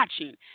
watching